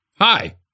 Hi